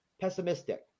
pessimistic